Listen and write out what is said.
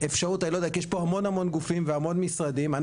כי יש פה המון גופים והמון משרדים,